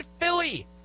Philly